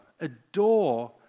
adore